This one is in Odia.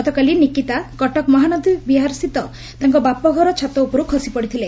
ଗତକାଲି ନିକିତା କଟକ ମହାନଦୀବିହାରସ୍ଥିତ ତାଙ୍କ ବାପଘର ଛାତ ଉପରୁ ଖସି ପଡିଥିଲେ